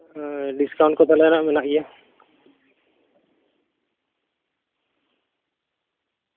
ᱦᱳᱭ ᱰᱤᱥᱠᱟᱣᱩᱱᱴ ᱠᱚ ᱯᱟᱞᱮᱱ ᱦᱟᱸᱜ ᱢᱮᱱᱟᱜ ᱜᱮᱭᱟ